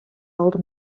old